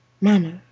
Mama